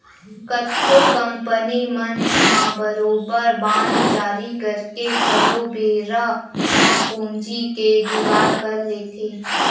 कतको कंपनी मन ह बरोबर बांड जारी करके घलो बेरा म पूंजी के जुगाड़ कर लेथे